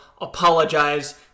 apologize